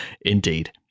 indeed